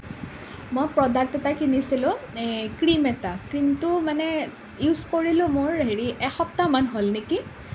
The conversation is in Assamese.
মই প্ৰডাক্ট এটা কিনিছিলোঁ এই ক্ৰীম এটা ক্ৰীমটো মানে ইউজ কৰিলোঁ মোৰ হেৰি এসপ্তাহমান হ'ল নেকি